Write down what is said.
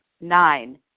Nine